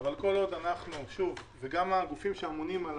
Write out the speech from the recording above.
אבל כל עוד אנחנו וכל הגופים שאמונים על